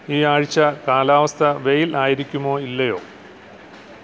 ഈ ആഴ്ച്ച കാലാവസ്ഥ വെയിൽ ആയിരിക്കുമോ ഇല്ലയോ